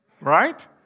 Right